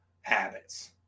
habits